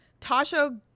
Tasha